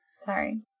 Sorry